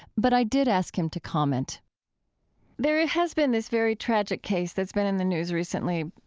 but i did ask him to comment there has been this very tragic case that's been in the news recently,